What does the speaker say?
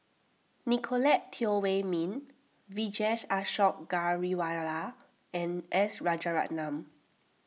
Nicolette Teo Wei Min Vijesh Ashok Ghariwala and S Rajaratnam